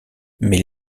mais